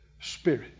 Spirit